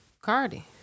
Cardi